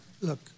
Look